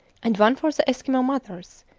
and one for the eskimo mothers,